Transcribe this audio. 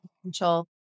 potential